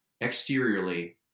exteriorly